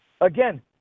again